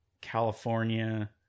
California